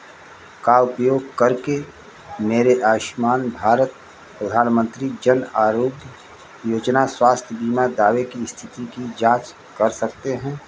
का उपयोग करके मेरे आयुष्मान भारत प्रधानमंत्री जन आरोग्य योजना स्वास्थ्य बीमा दावे की स्थिति की जाँच कर सकते हैं